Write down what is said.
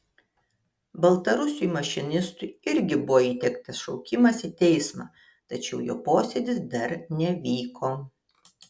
baltarusiui mašinistui irgi buvo įteiktas šaukimas į teismą tačiau jo posėdis dar nevyko